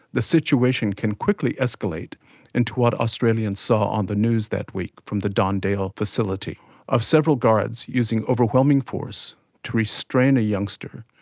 the situation can quickly escalate into what australians saw on the news that week from the don dale facility of several guards using overwhelming force to restrain a youngster,